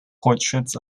portraits